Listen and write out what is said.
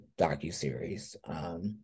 docuseries